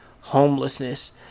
homelessness